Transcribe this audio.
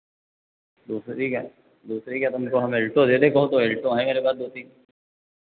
दूसरी क्या दूसरी क्या तुमको हम अल्टो दे दें कहो तो अल्टो हैं मेरे पास दो तीन